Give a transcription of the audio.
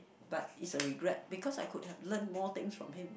but it's a regret because I could have learn more things from him